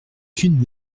qu’une